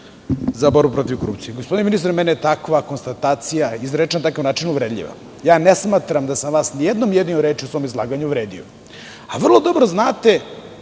za borbu protiv korupcije? Gospodine ministre, meni je takva konstatacija, izrečena na takav način, uvredljiva. Ja ne smatram da sam vas nijednom jedinom rečju u svom izlaganju uvredio. Vi vrlo dobro znate,